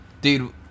Dude